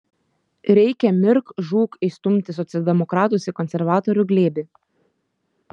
reikia mirk žūk įstumti socialdemokratus į konservatorių glėbį